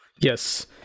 Yes